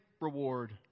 reward